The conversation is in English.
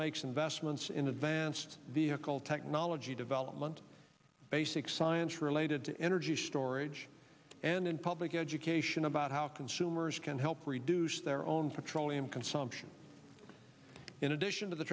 makes investments in advanced the ickle technology development basic science related to energy storage and in public education about how consumers can help reduce their own petroleum consumption in addition to the